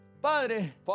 Padre